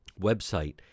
website